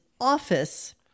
office